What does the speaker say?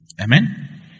Amen